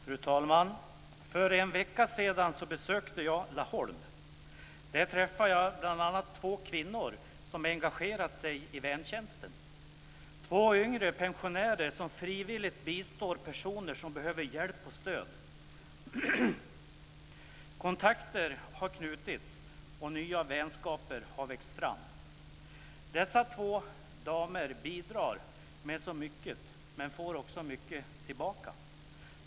Fru talman! För en vecka sedan besökte jag Laholm. Där träffade jag bl.a. två kvinnor som engagerat sig i väntjänsten. Det är två yngre pensionärer som frivilligt bistår personer som behöver hjälp och stöd. Kontakter har knutits och nya vänskaper har växt fram. Dessa två damer bidrar med så mycket, och får också mycket tillbaka.